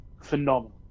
Phenomenal